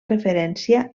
referència